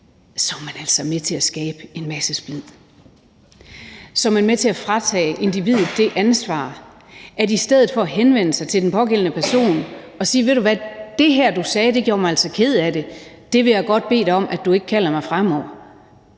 er man altså med til at skabe en masse splid, og så er man med til at fratage individet det personlige ansvar, så folk bare finder trøst i en lovhjemmel i stedet for at henvende sig til den pågældende person for at sige: Ved du hvad? Det her, du sagde, gjorde mig altså ked af det; det vil jeg godt bede dig om at du ikke kalder mig fremover.